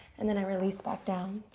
and then i release back down.